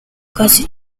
casi